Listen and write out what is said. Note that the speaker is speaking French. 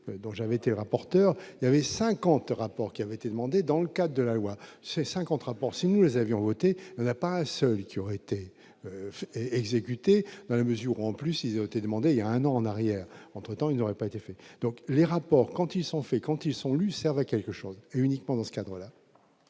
donc j'avais été rapporteur il y avait 50, rapport qui avait été demandée dans le cas de la loi, c'est 50 rapport si nous avions voté la qui ont été exécutés dans la mesure où, en plus, ils ont été demandées il y a un an en arrière, entre-temps, il n'aurait pas été fait donc les rapports quand ils sont faits quand ils sont lus serve à quelque chose, uniquement dans ce cadre-là.